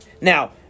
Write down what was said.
Now